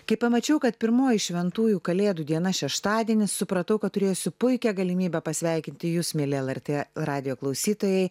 kai pamačiau kad pirmoji šventųjų kalėdų diena šeštadienis supratau kad turėsiu puikią galimybę pasveikinti jus mieli lrt radijo klausytojai